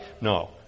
No